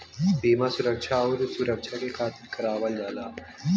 बीमा सुविधा आउर सुरक्छा के खातिर करावल जाला